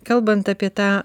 kalbant apie tą